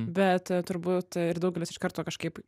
bet turbūt ir daugelis iš karto kažkaip